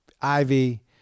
ivy